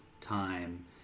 time